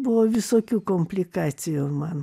buvo visokių komplikacijų man